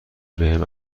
بهم